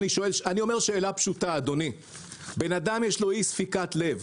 יש לי שאלה פשוטה: לאדם יש אי ספיקת לב.